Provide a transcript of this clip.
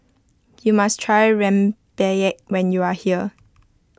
you must try rempeyek when you are here